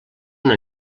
una